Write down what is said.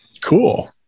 Cool